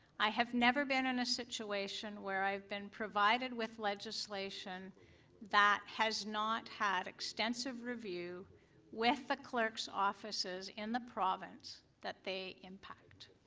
i have never been in a situation i have been provideed with legislation that has not had extensive review with the clerk's offices in the province that they impact,